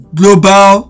global